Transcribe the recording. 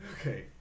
Okay